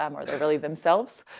um or they're really themselves,